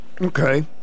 Okay